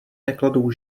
nekladou